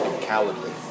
cowardly